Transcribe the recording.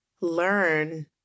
learn